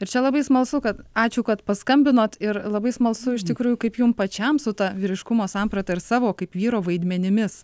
ir čia labai smalsu kad ačiū kad paskambinot ir labai smalsu iš tikrųjų kaip jum pačiam su ta vyriškumo samprata ir savo kaip vyro vaidmenimis